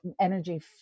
energy